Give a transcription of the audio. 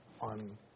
on